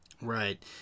Right